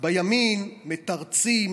בימין מתרצים